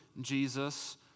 Jesus